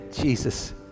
Jesus